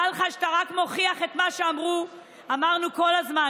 תדע לך שאתה רק מוכיח את מה שאמרנו כל הזמן,